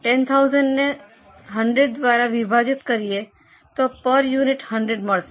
10000 ને 100 દ્વારા વિભાજિત કરીયે તો પર યુનિટ 100 મળશે